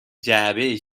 جعبه